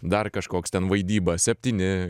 dar kažkoks ten vaidyba septyni